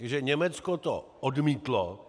Takže Německo to odmítlo.